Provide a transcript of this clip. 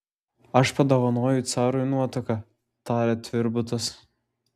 aš padovanojau carui nuotaką tarė tvirbutas